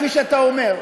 כפי שאתה אומר,